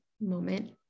moment